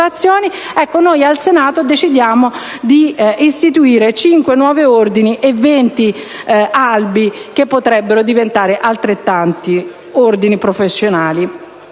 al Senato decidiamo di istituire cinque nuovi ordini e venti albi che potrebbero diventare altrettanti ordini professionali.